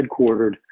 headquartered